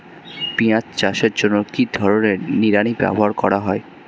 পিঁয়াজ চাষের জন্য কি ধরনের নিড়ানি ব্যবহার করা হয়?